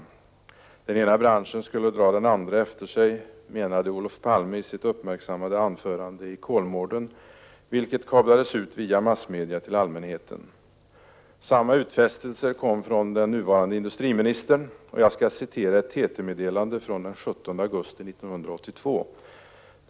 Den ena bran = 20 november 1985 schen skulle dra den andra efter sig, menade Olof Palme i sitt uppmärksam= = Jr made anförande i Kolmården — vilket kablades ut via massmedia till allmänheten. Samma utfästelser kom från den nuvarande industriministern. Jag skall citera ett TT-meddelande från den 17 augusti 1982.